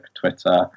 Twitter